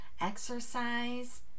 exercise